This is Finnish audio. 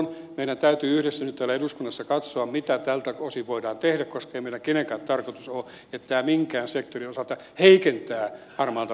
meidän täytyy yhdessä nyt täällä eduskunnassa katsoa mitä tältä osin voidaan tehdä koska ei meillä kenenkään tarkoitus ole että tämä minkään sektorin osalta heikentää harmaan talouden valvontaa